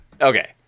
Okay